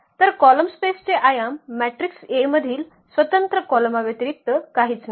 तर कॉलम स्पेसचे आयाम मॅट्रिक्स A मधील स्वतंत्र कॉलमांव्यतिरिक्त काहीच नाही